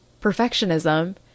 Perfectionism